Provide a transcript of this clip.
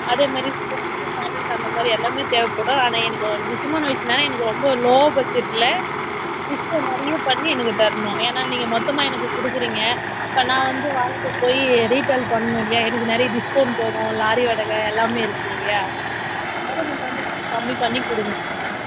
அதே மாதிரி சும்மிஸு பேண்டிஸு அந்த மாதிரி எல்லாமே தேவைப்படும் ஆனால் எனக்கு ஒரு முக்கியமான விஷயம்ன்னா எனக்கு ரொம்ப லோ பட்ஜெட்டில் டிஸ்கவுண்ட் நிறைய பண்ணி எனக்கு தரணும் ஏன்னா நீங்கள் மொத்தமாக எனக்கு கொடுக்குறீங்க இப்போ நான் வந்து வாங்கிட்டுப் போய் ரீட்டெய்ல் பண்ணும் இல்லையா எனக்கு நிறைய டிஸ்கவுண்ட் போகும் லாரி வாடகை எல்லாமே இருக்கு இல்லையா அதனால் நீங்கள் வந்து எனக்கு கம்மி பண்ணிக்கொடுங்கங்க